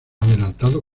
adelantado